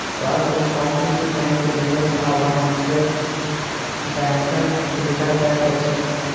सार्वभौमिक बैंक निवेश आ वाणिज्य बैंकक सुविधा दैत अछि